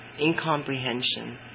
Incomprehension